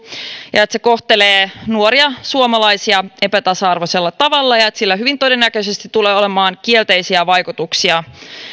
ja ja että se kohtelee nuoria suomalaisia epätasa arvoisella tavalla ja että sillä hyvin todennäköisesti tulee olemaan kielteisiä vaikutuksia